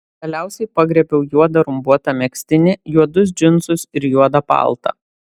galiausiai pagriebiau juodą rumbuotą megztinį juodus džinsus ir juodą paltą